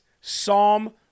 Psalm